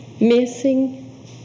Missing